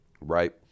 Right